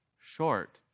Short